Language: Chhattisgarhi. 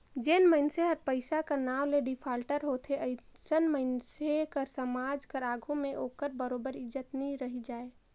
जेन मइनसे हर पइसा कर नांव ले डिफाल्टर होथे अइसन मइनसे कर समाज कर आघु में ओकर बरोबेर इज्जत नी रहि जाए